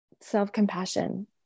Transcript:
self-compassion